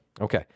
Okay